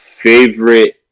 favorite